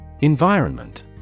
Environment